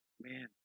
man